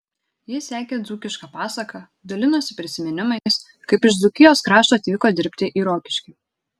ji sekė dzūkišką pasaką dalinosi prisiminimais kaip iš dzūkijos krašto atvyko dirbti į rokiškį